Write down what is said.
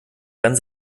dann